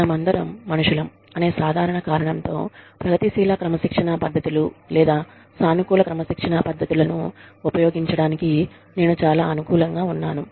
మనమందరం మనుషులం అనే సాధారణ కారణంతో ప్రగతిశీల క్రమశిక్షణా పద్ధతులు లేదా సానుకూల క్రమశిక్షణా పద్ధతులను ఉపయోగించటానికి నేను చాలా అనుకూలంగా ఉన్నాను